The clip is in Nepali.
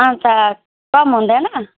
कम हुँदैन